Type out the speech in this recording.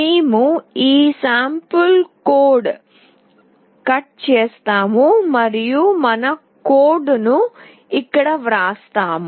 మేము ఈ నమూనా కోడ్ను కట్ చేస్తాము మరియు మన కోడ్ ను ఇక్కడ వ్రాస్తాము